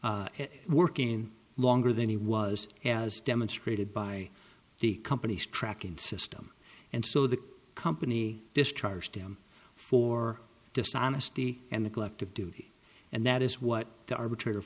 place working longer than he was as demonstrated by the company's tracking system and so the company discharged him for dishonesty and the collective duty and that is what the arbitrator